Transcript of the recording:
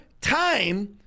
time